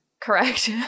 Correct